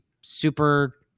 super